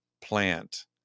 plant